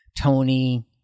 tony